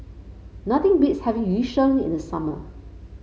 nothing beats having Yu Sheng in the summer